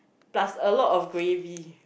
plus a lot of gravy